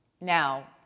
Now